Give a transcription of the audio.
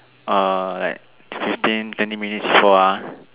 uh like fifteen twenty minutes before ah